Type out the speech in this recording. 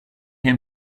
him